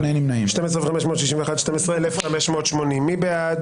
12,501 עד 12,520, מי בעד?